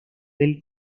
del